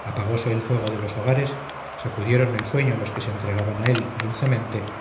apagose el fuego de los hogares sacudieron el sueño los que se entregaban a él dulcemente